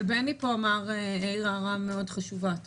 אבל בני פה העיר הערה מאוד חשובה.